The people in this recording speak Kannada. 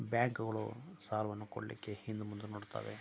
ಬ್ಯಾಂಕುಗಳು ಸಾಲವನ್ನು ಕೊಡಲಿಕ್ಕೆ ಹಿಂದು ಮುಂದು ನೋಡ್ತಾವೆ